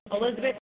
Elizabeth